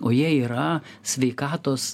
o jie yra sveikatos